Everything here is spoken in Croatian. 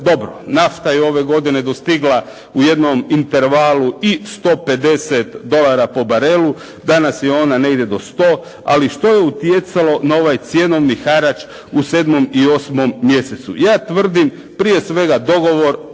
Dobro. Nafta je ove godine dostigla u jednom intervalu i 150 dolara po barelu. Danas je ona negdje do 100. Ali što je utjecalo na ovaj cjenovni harač u 7. i 8. mjesecu? Ja tvrdim prije svega dogovor